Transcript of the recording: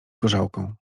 gorzałką